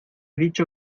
dicho